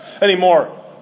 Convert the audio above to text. anymore